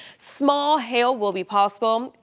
small hail will be possible.